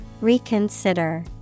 Reconsider